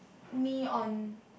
me on